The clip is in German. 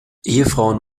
ehefrauen